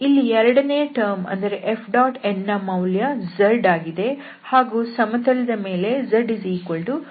ಇಲ್ಲಿ ಎರಡನೆಯ ಟರ್ಮ್ ಅಂದರೆ F⋅n ನ ಮೌಲ್ಯ z ಆಗಿದೆ ಹಾಗೂ ಸಮತಲದ ಮೇಲೆ z1ಆಗಿದೆ